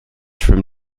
from